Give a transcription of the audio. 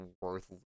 worth